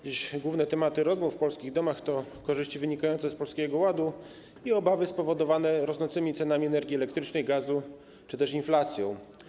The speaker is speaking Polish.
Dziś główne tematy rozmów w polskich domach to korzyści wynikające z Polskiego Ładu i obawy spowodowane rosnącymi cenami energii elektrycznej i gazu czy też inflacją.